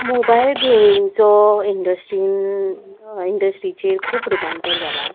mobile गेमिंगचो इंडस्ट्रीन इंडस्ट्रीचेर खूब रुपांतर जाला